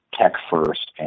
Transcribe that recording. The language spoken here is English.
tech-first